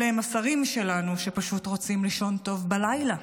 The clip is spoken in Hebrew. אלה הם השרים שלנו, שפשוט רוצים לישון טוב בלילה.